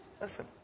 Listen